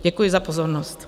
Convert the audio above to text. Děkuji za pozornost.